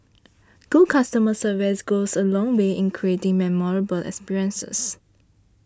good customer service goes a long way in creating memorable experiences